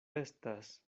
estas